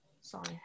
sorry